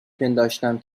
پنداشتم